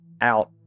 out